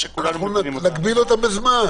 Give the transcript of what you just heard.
כפי שכולנו --- אנחנו נגביל אותם בזמן.